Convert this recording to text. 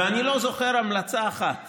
ואני לא זוכר המלצה אחת